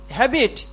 habit